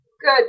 Good